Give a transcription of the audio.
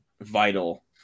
vital